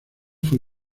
fue